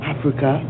Africa